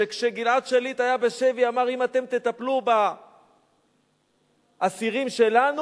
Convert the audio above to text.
שכשגלעד שליט היה בשבי אמר: אם אתם תטפלו באסירים שלנו,